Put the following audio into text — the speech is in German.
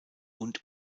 und